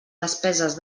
despeses